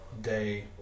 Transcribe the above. day